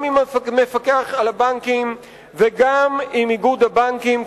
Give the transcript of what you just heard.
גם עם המפקח על הבנקים וגם עם איגוד הבנקים,